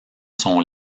sont